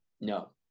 no